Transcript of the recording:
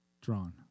drawn